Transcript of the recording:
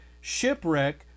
shipwreck